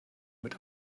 mit